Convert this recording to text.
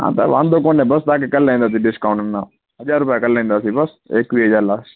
हा त वांदो कोने बसि तव्हांखे करे लाहींदासीं डिस्काउंट हुन में हज़ार रुपया करे लाहींदासीं बसि एकवीह हज़ार लास्ट